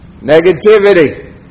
negativity